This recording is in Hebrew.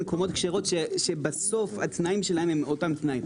מקומות כשרים שהתנאים שלהם יהיו אותם תנאים.